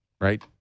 right